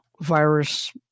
virus